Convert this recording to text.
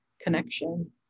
connection